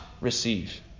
receive